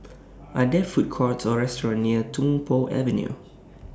Are There Food Courts Or restaurants near Tung Po Avenue